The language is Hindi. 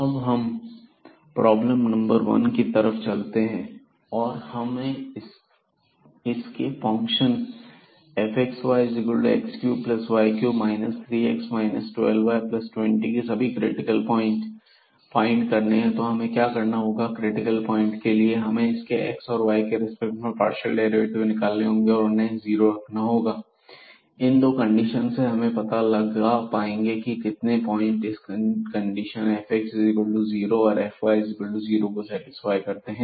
अब हम प्रॉब्लम नंबर वन की तरफ चलते हैं और हमें इसके फंक्शन fxyx3y3 3x 12y20 के सभी क्रिटिकल प्वाइंट ्स फाइंड करने हैं तो हमें क्या करना होगा क्रिटिकल प्वाइंट के लिए हमें इसके x और y के रेस्पेक्ट में पार्शियल डेरिवेटिव निकालने होंगे और उन्हें जीरो रखना होगा इन दो कंडीशन से हम पता लगा पाएंगे की कितने पॉइंट इन कंडीशन fxxy0fyxy0 को सेटिस्फाई करते हैं